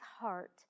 heart